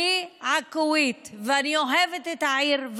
אני עכואית, ואני אוהבת את העיר.